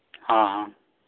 ᱦᱮᱸ ᱦᱮᱸ